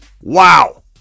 Wow